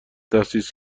تأسیس